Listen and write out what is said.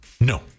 No